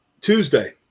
Tuesday